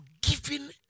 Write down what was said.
giving